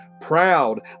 proud